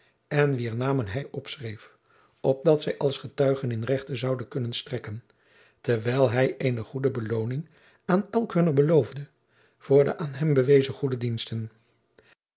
en wier namen hij opschreef opdat zij als getuigen in rechten zouden kunnen strekken terwijl hij eene goede belooning aan elk hunner beloofde voor de aan hem bewezen goede diensten